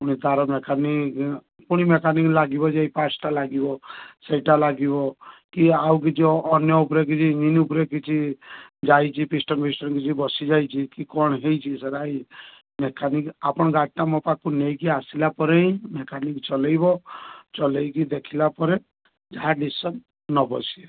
ପୁଣି ତା ର ମେକାନିକ୍ ପୁଣି ମେକାନିକ୍ ଲାଗିବ ସେଇ ପାର୍ଟସଟା ଲାଗିବ ସେଇଟା ଲାଗିବ କି ଆଉ କିଛି ଅନ୍ୟ ଉପରେ କିଛି ମିନ୍ ଉପରେ କିଛି ଯାଇଚି ପିଷ୍ଟରଫିଷ୍ଟର କିଛି ବସିଯାଇଛି କି କଣ ହେଇଛି ସେଟା ଏଇ ମେକାନିକ୍ ଆପଣ ଗାଡ଼ିଟା ମୋ ପାଖକୁ ନେଇକି ଆସିଲାପରେ ହିଁ ମେକାନିକ୍ ଚଲେଇବ ଚଲେଇକି ଦେଖିଲାପରେ ଯାହା ଡ଼ିସିସନ୍ ନେବ ସିଏ